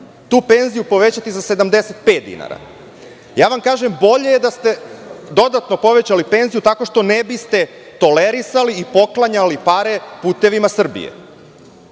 tu penziju povećati za 75 dinara. Kažem vam da je bolje da ste dodatno povećali penziju tako što ne biste tolerisali i poklanjali pare "Putevima Srbije",